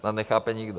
To nechápe nikdo.